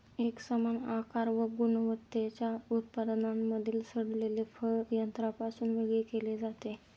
एकसमान आकार व गुणवत्तेच्या उत्पादनांमधील सडलेले फळ यंत्रापासून वेगळे केले जाते